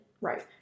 Right